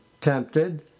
tempted